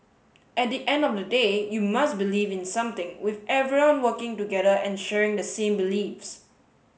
at the end of the day you must believe in something with everyone working together and sharing the same beliefs